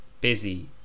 Busy